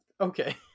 Okay